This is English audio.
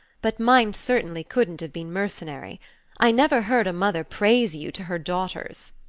but mine certainly couldn't have been mercenary i never heard a mother praise you to her daughters.